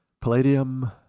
palladium